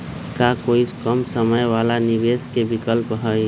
का कोई कम समय वाला निवेस के विकल्प हई?